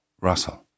Russell